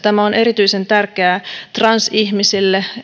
tämä on erityisen tärkeää transihmisille